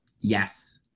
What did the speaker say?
yes